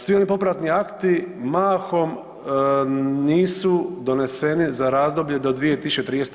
Svi oni popratni akti mahom nisu doneseni za razdoblje do 2030.